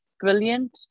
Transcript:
brilliant